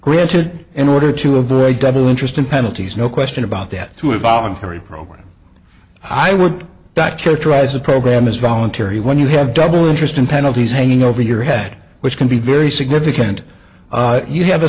granted in order to avoid double interest and penalties no question about that to a voluntary program i would that characterize a program is voluntary when you have double interest and penalties hanging over your head which can be very significant you have a